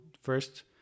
first